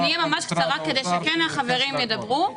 אני אהיה ממש קצרה כדי שהחברים ידברו.